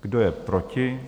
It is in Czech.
Kdo je proti?